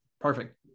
perfect